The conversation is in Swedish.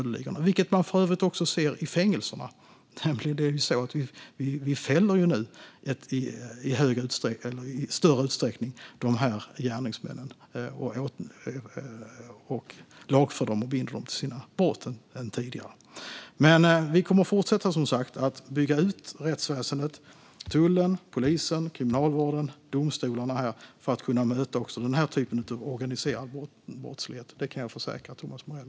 Detta kan man för övrigt även se i fängelserna. Vi binder nu gärningsmännen till deras brott och lagför och fäller dem i större utsträckning än tidigare. Vi kommer som sagt att fortsätta bygga ut rättsväsendet - tullen, polisen, kriminalvården och domstolarna - för att kunna möta också den här sortens organiserade brottslighet. Det kan jag försäkra Thomas Morell.